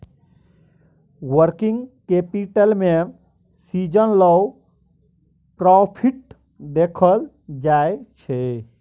working capital में सीजनलो profit देखल जाइ छइ